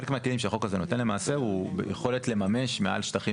חלק מהכלים שהחוק הזה נותן הוא יכולת לממש מעל שטחים